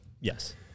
Yes